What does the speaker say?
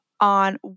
on